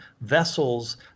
vessels